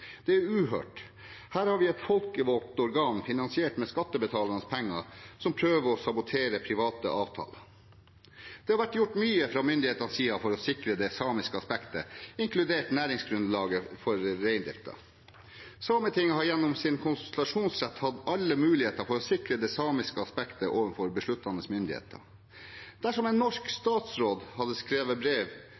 Det er uhørt. Her har vi et folkevalgt organ, finansiert med skattebetalernes penger, som prøver å sabotere private avtaler. Det har vært gjort mye fra myndighetenes side for å sikre det samiske aspektet, inkludert næringsgrunnlaget for reindriften. Sametinget har gjennom sin konsultasjonsrett hatt alle muligheter til å sikre det samiske aspektet overfor besluttende myndigheter. Dersom en norsk statsråd hadde skrevet brev